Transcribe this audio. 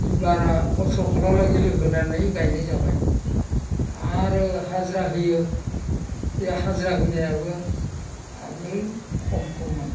नि बारा अथ्र' फाल्ला लागै होनानै गायनाय जाबाय आरो हाजिरा होयो बे हाजिरा होनायाबो आगोल खम खममोन